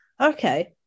okay